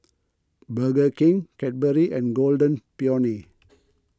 Burger King Cadbury and Golden Peony